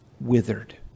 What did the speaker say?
withered